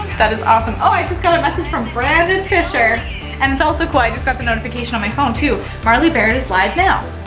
that is awesome. oh, i just got a message from brandan fisher and it's also cool, i just got the notification on my phone too. marley baird is live now.